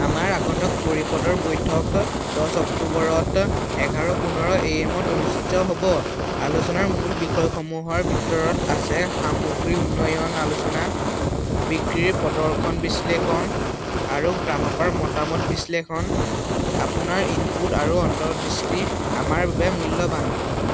আমাৰ আগন্তুক পৰিষদৰ বৈঠক দহ অক্টোবৰত এঘাৰ পোন্ধৰ এ এমত অনুষ্ঠিত হ'ব আলোচনাৰ মূল বিষয়সমূহৰ ভিতৰত আছে সামগ্ৰী উন্নয়ন আলোচনা বিক্ৰীৰ প্ৰদৰ্শন বিশ্লেষণ আৰু গ্ৰাহকৰ মতামত বিশ্লেষণ আপোনাৰ ইনপুট আৰু অন্তৰ্দৃষ্টি আমাৰ বাবে মূল্যৱান